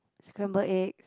scramble eggs